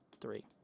three